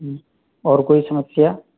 ہوں اور کوئی سمسیا